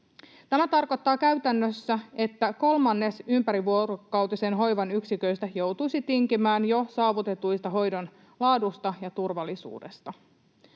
Tämä tarkoittaa käytännössä, että kolmannes ympärivuorokautisen hoivan yksiköistä joutuisi tinkimään jo saavutetusta hoidon laadusta ja turvallisuudesta.